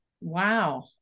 Wow